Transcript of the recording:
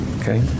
okay